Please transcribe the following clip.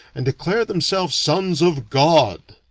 and declare themselves sons of god.